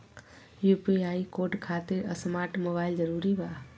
UPI code खातिर smart mobile जरूरी बा?